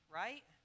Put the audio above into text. right